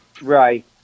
Right